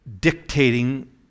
dictating